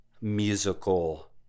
musical